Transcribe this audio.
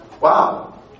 Wow